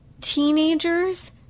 Teenagers